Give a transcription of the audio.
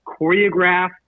choreograph